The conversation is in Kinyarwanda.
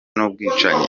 n’ubwicanyi